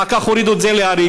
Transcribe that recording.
אחר כך הורידו את זה להריגה.